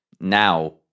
Now